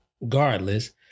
regardless